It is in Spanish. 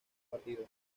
partido